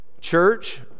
church